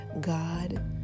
God